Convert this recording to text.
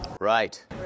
Right